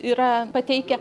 yra pateikę